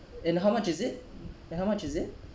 and how much is it and how much is it